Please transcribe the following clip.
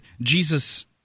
Jesus